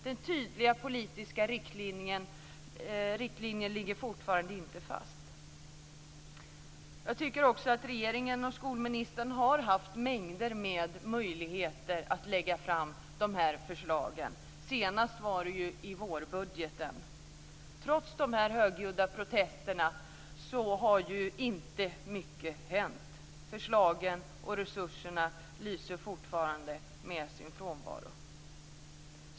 Det är fortfarande så att någon tydlig politisk riktlinje inte ligger fast. Jag tycker att regeringen och skolministern har haft en mängd möjligheter att lägga fram förslag - senast i vårbudgeten. Trots de högljudda protesterna har inte mycket hänt. Förslagen och resurserna lyser fortfarande med sin frånvaro.